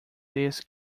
this